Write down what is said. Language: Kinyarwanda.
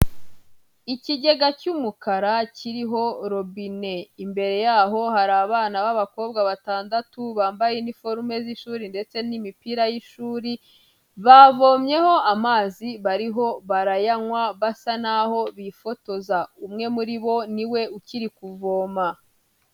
Ikigega cy'umukara kiriho robine, imbere yaho hari abana b'abakobwa batandatu bambaye iniforume z'ishuri ndetse n'imipira y'ishuri bavomyeho amazi, bariho barayanywa basa n'aho bifotoza, umwe muri bo niwe ukiri kuvoma.